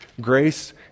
grace